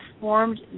formed